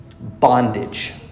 bondage